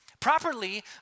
Properly